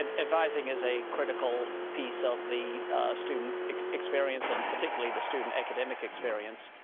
and advising is a critical piece of the student experience and particularly the student academic experience.